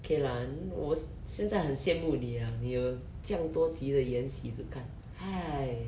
okay lah 我现在很羡慕你啊你有这样多集的延禧 to 看 !hais!